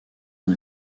ont